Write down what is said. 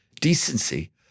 decency